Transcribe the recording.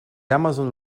amazon